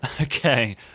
okay